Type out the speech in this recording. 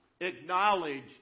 acknowledge